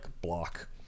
block